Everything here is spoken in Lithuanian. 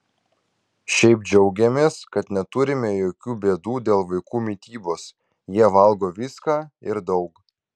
šiaip džiaugiamės kad neturime jokių bėdų dėl vaikų mitybos jie valgo viską ir daug